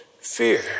fear